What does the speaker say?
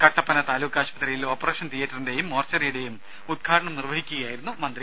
കട്ടപ്പന താലൂക്കാശുപത്രിയിൽ ഓപ്പറേഷൻ തീയറ്ററിന്റെയും മോർച്ചറിയുടെയും ഉദ്ഘാടനം നിർവഹിക്കുകയായിരുന്നു അദ്ദേഹം